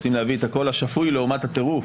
רוצים להביא את הקול השפוי לעומת הטירוף.